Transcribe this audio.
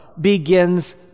begins